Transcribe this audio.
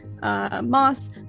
Moss